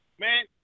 Man